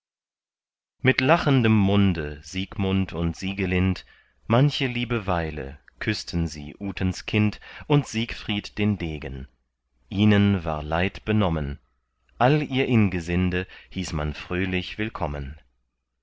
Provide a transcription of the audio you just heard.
mit lachendem munde siegmund und siegelind manche liebe weile küßten sie utens kind und siegfried den degen ihnen war ihr leid benommen all ihr ingesinde hieß man fröhlich willkommen